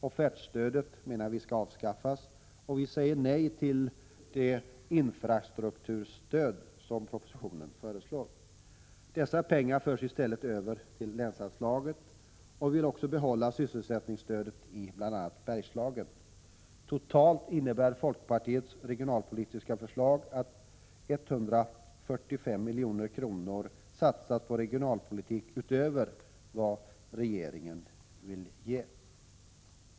Offertstödet skall avskaffas, menar vi, och vi säger nej till det ”infrastrukturstöd” som propositionen föreslår. Dessa pengar förs i stället över till länsanslaget. Vi vill också bibehålla sysselsättningsstödet i bl.a. Bergslagen. Totalt innebär folkpartiets regionalpolitiska förslag att 145 milj.kr. satsas på regionalpolitik utöver vad regeringen vill ge.